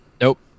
Nope